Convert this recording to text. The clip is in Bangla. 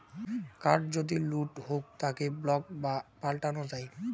কার্ড যদি লুট হউক তাকে ব্লক বা পাল্টানো যাই